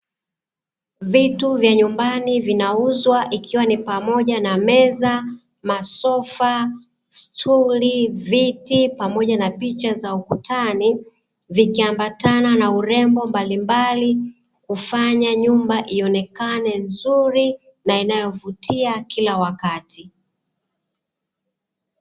Vitu vya nyumbani vinauzwa, ikiwa ni pamoja na: meza, masofa, stuli, viti pamoja na picha za ukutani, vikiambatana na urembo mbalimbali. Hufanya nyumba ionekane nzuri na inayovutia kila wakati.